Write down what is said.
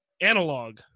Analog